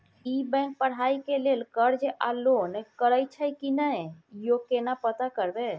ई bank पढ़ाई के लेल कर्ज आ लोन करैछई की नय, यो केना पता करबै?